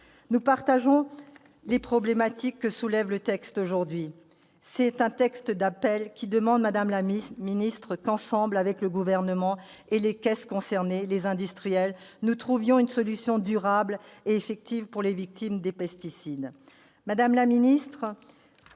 Nous partageons les problématiques que soulève le texte aujourd'hui. C'est un texte d'appel, madame la ministre, pour qu'ensemble, avec le Gouvernement, les caisses concernées et les industriels, nous trouvions une solution durable et effective pour les victimes des pesticides.